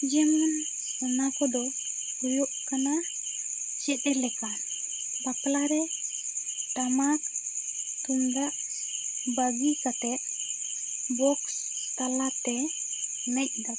ᱡᱮᱢᱚᱱ ᱚᱱᱟ ᱠᱚᱫᱚ ᱦᱩᱭᱩᱜ ᱠᱟᱱᱟ ᱪᱮᱫ ᱞᱮᱠᱟ ᱵᱟᱯᱞᱟ ᱨᱮ ᱴᱟᱢᱟᱠ ᱛᱩᱢᱫᱟᱜ ᱵᱟᱹᱜᱤ ᱠᱟᱛᱮᱜ ᱵᱳᱠᱥ ᱛᱟᱞᱟ ᱛᱮ ᱮᱱᱮᱡ ᱫᱟᱠᱚ